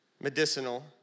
medicinal